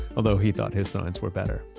although he thought his signs were better.